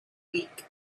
week